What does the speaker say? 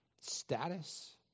status